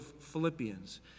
Philippians